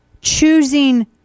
choosing